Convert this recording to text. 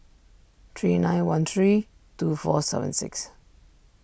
three nine one three two four seven six